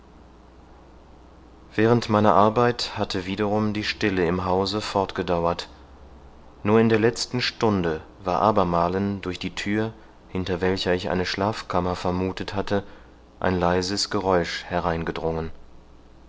während meiner arbeit hatte wiederum die stille im hause fortgedauert nur in der letzten stunde war abermalen durch die thür hinter welcher ich eine schlafkammer vermuthet hatte ein leises geräusch